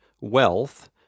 wealth